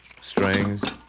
strings